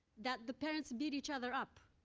that the parents beat each other up,